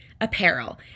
apparel